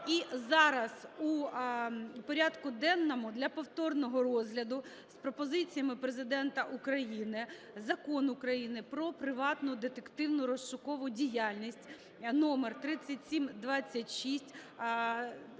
І зараз у порядку денному для повторного розгляду з пропозиціями Президента України Закон України "Про приватну детективну (розшукову) діяльність" (№ 3726).